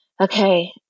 okay